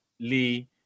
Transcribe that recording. Lee